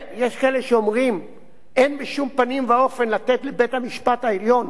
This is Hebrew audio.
אין בשום פנים ואופן לתת לבית-המשפט העליון סמכות לבטל חוקים,